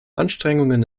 anstrengungen